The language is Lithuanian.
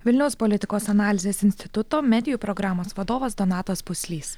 vilniaus politikos analizės instituto medijų programos vadovas donatas puslys